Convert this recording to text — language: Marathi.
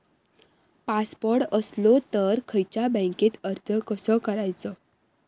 पासपोर्ट असलो तर खयच्या बँकेत अर्ज कसो करायचो?